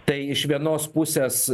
tai iš vienos pusės